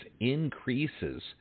increases